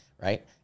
right